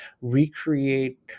recreate